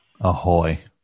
Ahoy